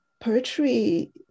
poetry